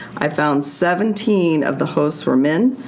i found seventeen of the hosts were men,